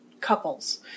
couples